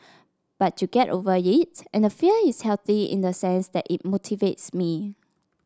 but you get over it and the fear is healthy in the sense that it motivates me